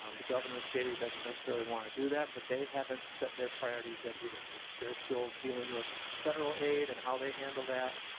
um the governor has stated he doesn't necessarily want to do that, but they haven't set their priorities yet either. they're still dealing with federal aid, and how they handle that,